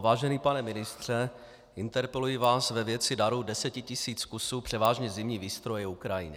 Vážený pane ministře, interpeluji vás ve věci daru 10 tisíc kusů převážně zimní výstroje Ukrajině.